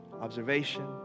observation